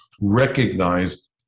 recognized